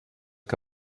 que